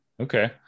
Okay